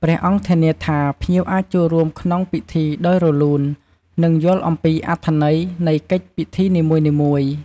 ផ្ដល់កន្លែងស្នាក់នៅបណ្ដោះអាសន្ន ក្នុងករណីខ្លះ បើទីអារាមមានលទ្ធភាព និងស្ថានភាពសមស្រប ព្រះសង្ឃអាចសម្រេចចិត្តផ្ដល់កន្លែងស្នាក់នៅបណ្ដោះអាសន្នសម្រាប់ភ្ញៀវដែលមកពីចម្ងាយខ្លាំង និងមិនមានកន្លែងស្នាក់នៅផ្សេងទៀត។